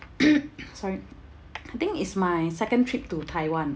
sorry I think it's my second trip to taiwan